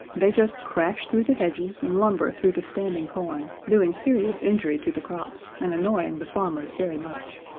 they just crash through the hedges and lumber through the standing corn, doing serious injury to the crops and annoying the farmers very much.